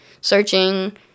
searching